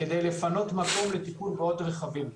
כדי לפנות מקום לטיפול בעוד רכבים.